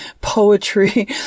poetry